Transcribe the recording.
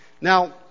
Now